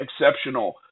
exceptional